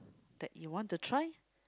that you want to try